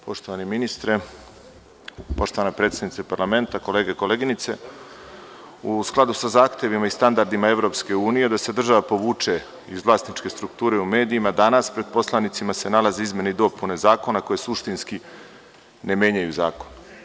Poštovani ministre, poštovana predsednice parlamenta, kolege i koleginice, u skladu sa zahtevima i standardima EU da se država povuče iz vlasničke strukture u medijima danas se pred poslanicima se nalaze izmene i dopune zakona koji suštinski ne menjaju zakon.